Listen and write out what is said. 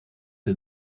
der